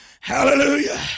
Hallelujah